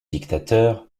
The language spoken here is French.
dictateur